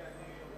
אני.